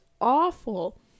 awful